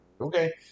Okay